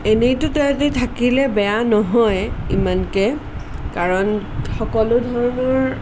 এনেইতো তাঁহাতি থাকিলে বেয়া নহয় ইমানকৈ কাৰণ সকলো ধৰণৰ